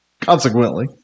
consequently